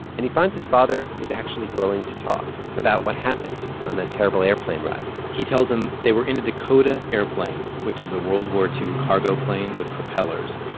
and he finds his father is actually willing to talk about what happened on that terrible airplane ride he tells them they were in a dakota airplane, which is a world war ii cargo plane with propellers.